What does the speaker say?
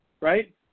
right